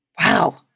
Wow